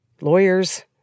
lawyers